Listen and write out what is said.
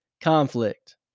conflict